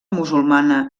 musulmana